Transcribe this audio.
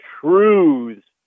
truths